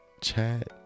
chat